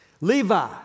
Levi